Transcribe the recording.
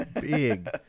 big